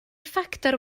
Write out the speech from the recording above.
ffactor